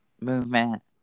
movement